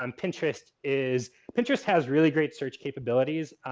um pinterest is, pinterest has really great search capabilities.